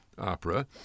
opera